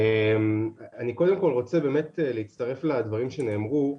אני קודם כול רוצה להצטרף לדברים שנאמרו.